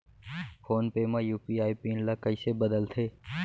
Phone पे म UPI PIN ल कइसे बदलथे?